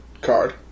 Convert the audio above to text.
Card